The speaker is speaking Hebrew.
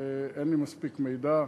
אין לי מספיק מידע.